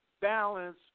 balance